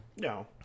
No